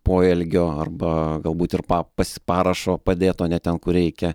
poelgio arba galbūt ir pa pas parašo padėto ne ten kur reikia